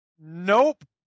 Nope